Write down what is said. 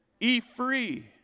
E-Free